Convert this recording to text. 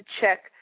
check